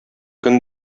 көн